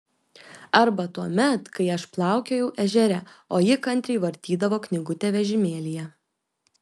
arba tuomet kai aš plaukiojau ežere o ji kantriai vartydavo knygutę vežimėlyje